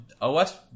OS